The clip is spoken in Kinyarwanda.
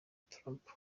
trump